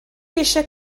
eisiau